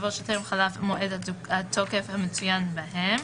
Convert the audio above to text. יבוא "שטרם חלף מועד התוקף המצוין בהם,